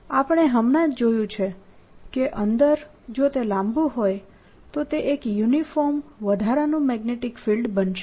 આપણે હમણાં જ જોયું છે કે અંદર જો તે લાંબું હોય તો તે એક યુનિફોર્મ વધારાનું મેગ્નેટીક ફિલ્ડ બનશે